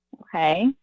Okay